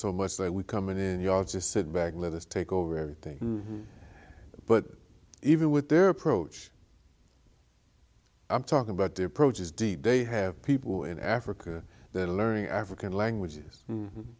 so much they would come in and you all just sit back let us take over everything but even with their approach i'm talking about the approach is deep they have people in africa that are learning african languages